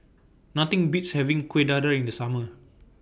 Nothing Beats having Kueh Dadar in The Summer